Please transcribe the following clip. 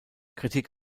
kritik